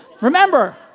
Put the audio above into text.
Remember